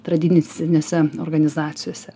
tradinicinėse organizacijose